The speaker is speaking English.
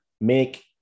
make